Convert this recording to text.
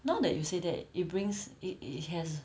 now that you say that it brings it it has